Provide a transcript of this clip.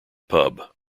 pub